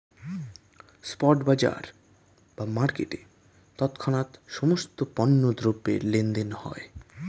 spot বাজার বা মার্কেটে তৎক্ষণাৎ সমস্ত পণ্য দ্রব্যের লেনদেন হয়